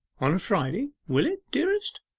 on a friday, will it, dearest?